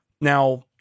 Now